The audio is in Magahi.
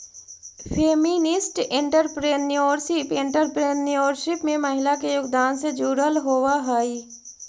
फेमिनिस्ट एंटरप्रेन्योरशिप एंटरप्रेन्योरशिप में महिला के योगदान से जुड़ल होवऽ हई